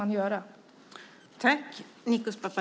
Vad ska man göra?